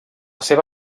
seva